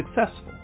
successful